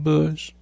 Bush